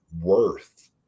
worth